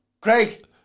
Craig